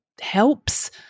helps